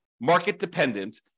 market-dependent